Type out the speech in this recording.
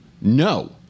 No